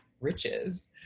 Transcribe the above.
riches